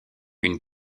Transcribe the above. une